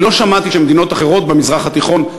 לא שמעתי שמדינות אחרות במזרח התיכון,